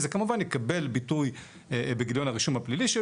וזה כמובן יקבל ביטוי בגיליון הרישום הפלילי,